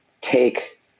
take